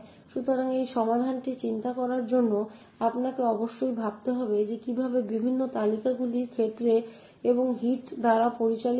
সুতরাং এই সমাধানটি চিন্তা করার জন্য আপনাকে অবশ্যই ভাবতে হবে যে কীভাবে বিভিন্ন তালিকাগুলি ক্ষেত্র এবং হিট দ্বারা পরিচালিত হয়